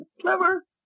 Clever